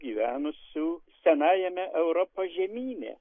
gyvenusių senajame europos žemyne